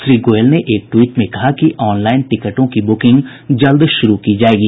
श्री गोयल ने एक ट्वीट में कहा कि ऑनलाइन टिकटों की बुकिंग जल्द शुरू की जाएगी